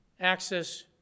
access